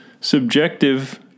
subjective